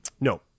No